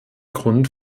grund